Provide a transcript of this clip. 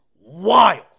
wild